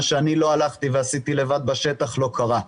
מה שאני לא הלכתי ועשיתי לבד בשטח לא קרה.